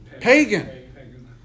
Pagan